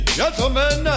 gentlemen